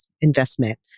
investment